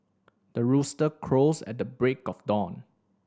the rooster crows at the break of dawn